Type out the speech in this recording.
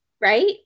right